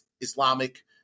Islamic